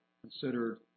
considered